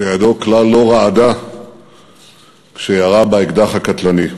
שידו כלל לא רעדה כשירה באקדח הקטלני.